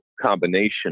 combination